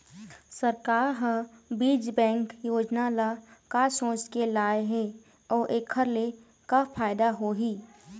सरकार ह बीज बैंक योजना ल का सोचके लाए हे अउ एखर ले का फायदा होही?